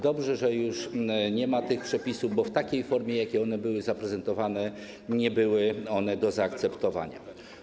Dobrze, że już nie ma tych przepisów, bo w takiej formie, w jakiej zostały one zaprezentowane, nie były one do zaakceptowania.